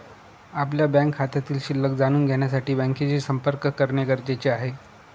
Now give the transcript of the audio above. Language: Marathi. आपल्या बँक खात्यातील शिल्लक जाणून घेण्यासाठी बँकेशी संपर्क करणे गरजेचे आहे